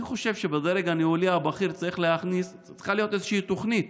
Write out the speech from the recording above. אני חושב שבדרג הניהולי הבכיר צריכה להיות איזושהי תוכנית